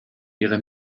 ihre